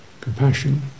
compassion